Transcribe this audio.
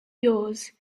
yours